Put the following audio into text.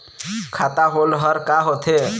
खाता होल्ड हर का होथे?